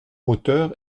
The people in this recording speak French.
moteur